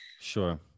sure